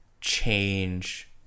change